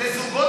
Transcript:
לזוגות